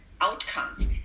outcomes